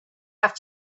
have